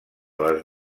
les